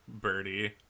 birdie